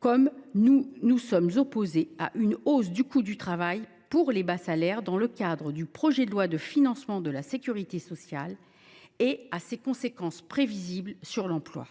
comme nous nous sommes opposés à une hausse du coût du travail pour les bas salaires lors de l’examen du projet de loi de financement de la sécurité sociale pour 2025, en raison de ses conséquences prévisibles sur l’emploi.